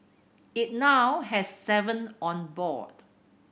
it now has seven on board